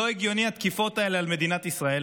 לא הגיוניות התקיפות האלה על מדינת ישראל